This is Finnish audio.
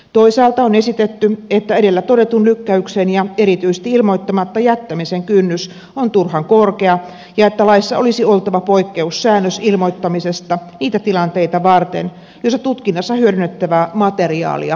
toisaalta on esitetty että edellä todetun lykkäyksen ja erityisesti ilmoittamatta jättämisen kynnys on turhan korkea ja että laissa olisi oltava poikkeussäännös ilmoittamisesta niitä tilanteita varten joissa tutkinnassa hyödynnettävää materiaalia ei synny